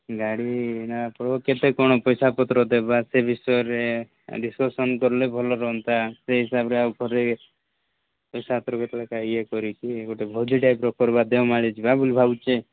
ଗାଡ଼ି ନେବା ପୂର୍ବରୁ କେତେ କ'ଣ ପଇସା ପତ୍ର ଦେବା ସେ ବିଷୟରେ ଡିସକସନ୍ କଲେ ଭଲ ରହନ୍ତା ସେ ହିସାବରେ ଆଉ ପରେ ପଇସା ପତ୍ର କେତେବେଳେ ଇଏ କରିକି ଗୋଟେ ଭୋଜି ଟାଇପ୍ର କରିବା ଦେଓମାଳି ଯିବା ବୋଲି ଭାବୁଛି